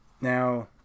now